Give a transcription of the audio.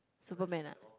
Superman ah